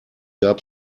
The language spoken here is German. gab